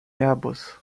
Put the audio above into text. airbus